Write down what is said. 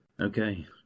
Okay